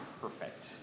perfect